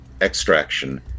extraction